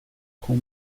com